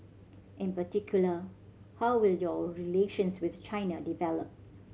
in particular how will your relations with China develop